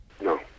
no